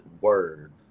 word